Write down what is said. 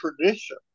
tradition